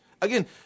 Again